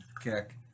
kick